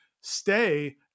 stay